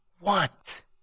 want